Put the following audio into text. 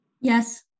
Yes